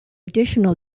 additional